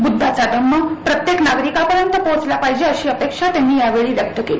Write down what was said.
ब्द्वाचा धम्म प्रत्येक नागरिकापर्यंत पोहोचला पाहिजे अशी अपेक्षा त्यांनी यावेळी व्यक्त केली